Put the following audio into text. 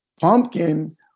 Pumpkin